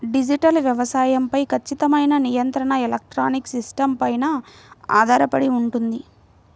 digital వ్యవసాయం పై ఖచ్చితమైన నియంత్రణ ఎలక్ట్రానిక్ సిస్టమ్స్ పైన ఆధారపడి ఉంటుంది